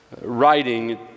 writing